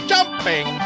Jumping